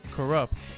Corrupt